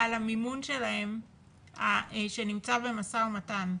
שנמצא במשא ומתן.